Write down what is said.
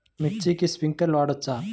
మిర్చికి స్ప్రింక్లర్లు పెట్టవచ్చా?